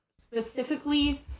specifically